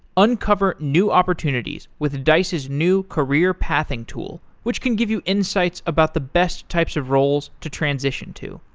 uncover new opportunities with dice's new career-pathing tool, which can give you insights about the best types of roles to transition to.